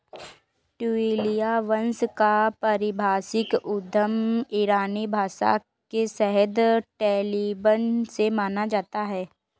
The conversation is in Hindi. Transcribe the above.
ट्यूलिया वंश का पारिभाषिक उद्गम ईरानी भाषा के शब्द टोलिबन से माना जाता है